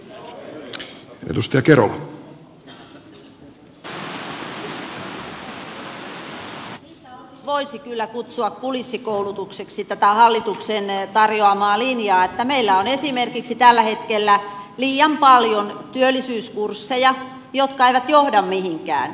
niiltä osin voisi kyllä kutsua kulissikoulutukseksi tätä hallituksen tarjoamaa linjaa että meillä on esimerkiksi tällä hetkellä liian paljon työllisyyskursseja jotka eivät johda mihinkään